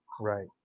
Right